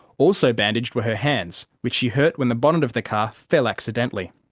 also bandaged were her hands which she hurt when the bonnet of the car fell accidently.